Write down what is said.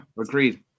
agreed